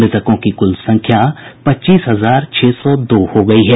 मृतकों की कुल संख्या पच्चीस हजार छह सौ दो हो गई है